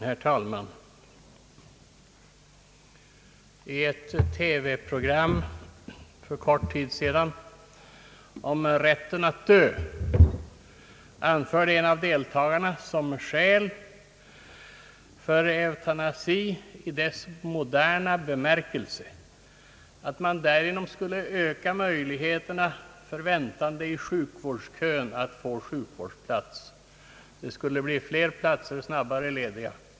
Herr talman! I ett TV-program för kort tid sedan om rätten att dö anförde en av deltagarna som skäl för euthanasi i dess moderna bemärkelse att man därigenom skulle öka möjligheterna för väntande i sjukvårdskön att få sjukvårdsplats. Det skulle bli fler platser snabbare lediga.